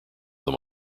them